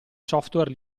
software